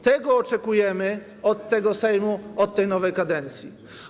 Tego oczekujemy od tego Sejmu, od tej nowej kadencji.